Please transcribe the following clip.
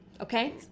Okay